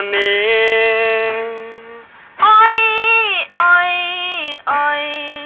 ah a i